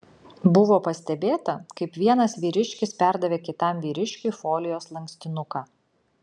buvo pastebėta kaip vienas vyriškis perdavė kitam vyriškiui folijos lankstinuką